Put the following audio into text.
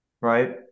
right